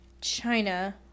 China